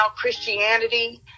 Christianity